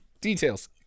Details